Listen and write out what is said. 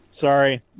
sorry